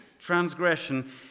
Transgression